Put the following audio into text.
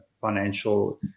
financial